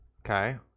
Okay